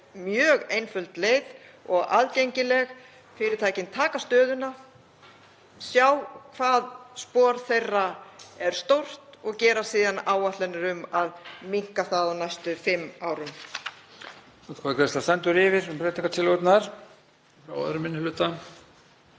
mjög einföld leið og aðgengileg. Fyrirtækin taka stöðuna, sjá hvað spor þeirra er stórt og gera síðan áætlanir um að minnka það næstu fimm árin.